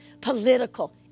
political